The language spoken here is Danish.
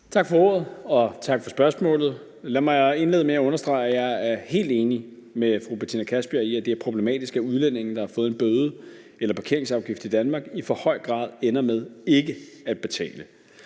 Tak for ordet, og tak for spørgsmålet. Lad mig indlede med at understrege, at jeg er helt enig med fru Betina Kastbjerg i, at det er problematisk, at udlændinge, der har fået en bøde eller parkeringsafgift i Danmark, i for høj grad ender med ikke at betale.